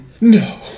No